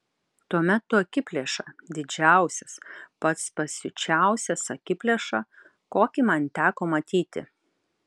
tuomet tu akiplėša didžiausias pats pasiučiausias akiplėša kokį man teko matyti